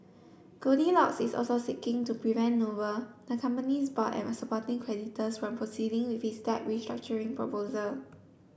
Goldilocks is also seeking to prevent Noble the company's board and supporting creditors proceeding with its debt restructuring proposal